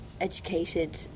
educated